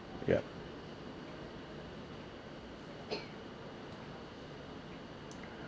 yup